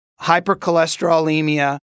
hypercholesterolemia